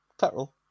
Petrol